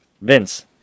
Vince